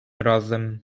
razem